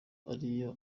ariyo